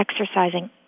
exercising